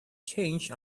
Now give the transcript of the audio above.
changed